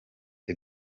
the